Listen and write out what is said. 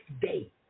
day